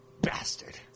bastard